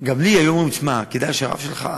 גם לי אמרו: הרב שלך,